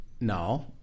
no